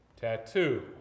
tattoo